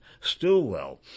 Stilwell